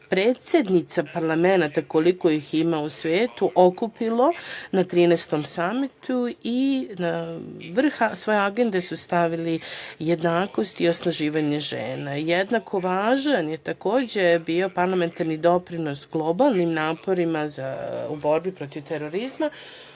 predsednica parlamenata, koliko ih ima u svetu, okupilo na 13. Samitu i na vrh svoje agende su stavili jednakost i osnaživanje žena. Jednako važan je takođe bio parlamentarni doprinos globalnim naporima u borbi protiv terorizma,